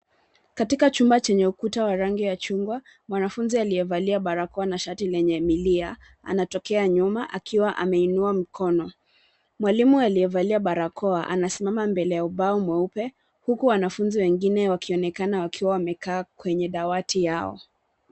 Katika chumba chenye ukuta wa rangi ya chungwa, mwanafunzi aliyevalia barakoa na shati lenye milia anatokea nyuma akiwa ameinua mkono. Mwalimu aliyevalia barakoa anasimama mbele ya ubao mweupe huku wanafunzi wengine wakionekana wakiwa wamekaa kwenye dawati yao.